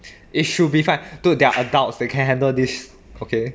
it should be fine dude they're adults they can handle this okay